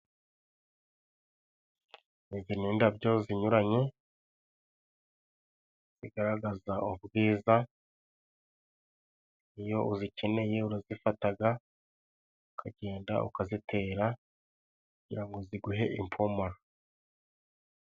Izi ni indabyo zinyuranye ,zigaragaza ubwiza, iyo uzikeneye urazifataga ,ukagenda ukazitera, kugira ngo ziguhe ipumuro.